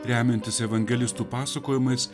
remiantis evangelistų pasakojimais